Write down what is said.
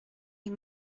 est